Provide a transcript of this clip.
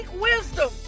wisdom